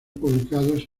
publicados